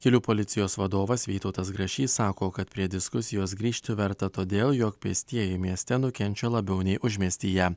kelių policijos vadovas vytautas grašys sako kad prie diskusijos grįžti verta todėl jog pėstieji mieste nukenčia labiau nei užmiestyje